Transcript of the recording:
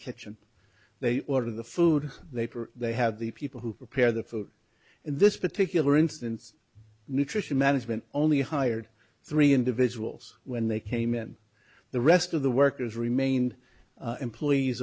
kitchen they order the food they they have the people who prepare the food in this particular instance nutrition management only hired three individuals when they came in the rest of the workers remained employees